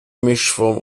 mischform